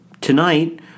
Tonight